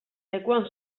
lekuan